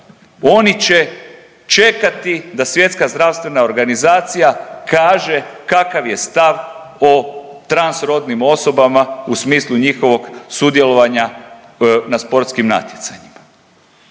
oni će čekati da SZO kaže kakav je stav o tranrodnim osobama u smislu njihovog sudjelovanja na sportskim natjecanjima.